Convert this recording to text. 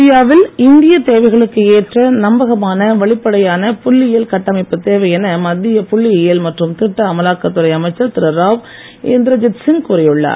India வில் இந்தியத் தேவைகளுக்கு ஏற்ற நம்பகமான வெளிப்படையான புள்ளியியல் கட்டமைப்பு தேவை என மத்திய புள்ளியியல் மற்றும் திட்ட அமலாக்கத் துறை அமைச்சர் திரு ராவ் இந்திரஜித்சிங் கூறியுள்ளார்